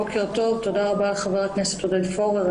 בוקר טוב, תודה רבה חבר הכנסת עודד פורר.